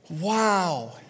wow